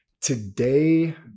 today